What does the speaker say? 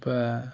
இப்போ